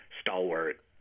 stalwart